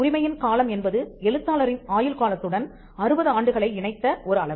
உரிமையின் காலம் என்பது எழுத்தாளரின் ஆயுள் காலத்துடன் 60 ஆண்டுகளை இணைத்த ஒரு அளவு